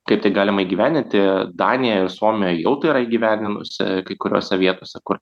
kaip tai galima įgyvendinti danija ir suomija jau tai yra įgyvendinusi kai kuriose vietose kur